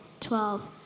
Twelve